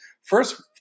first